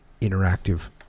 Interactive